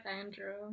Andrew